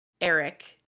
Eric